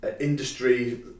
industry